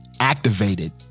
Activated